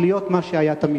להיות מה שהיה תמיד.